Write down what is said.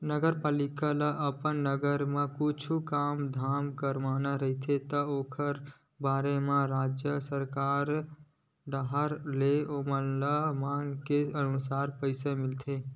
नगरपालिका ल अपन नगर म कुछु काम धाम करवाना रहिथे त ओखर बर राज सरकार डाहर ले ओमन ल मांग के अनुसार पइसा मिलथे